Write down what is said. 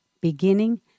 beginning